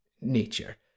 nature